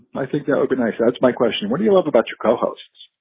i think that openness. that's my question. what do you love about your co-hosts?